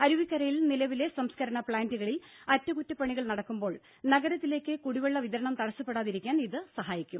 അരുവിക്കരയിൽ നിലവിലെ സംസ്കരണ പ്ലാന്റുകളിൽ അറ്റകുറ്റപ്പണികൾ നടക്കുമ്പോൾ നഗരത്തിലേക്ക് കുടിവെള്ള വിതരണം തടസ്സപ്പെടാതിരിക്കാൻ ഇത് സഹായിക്കും